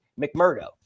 McMurdo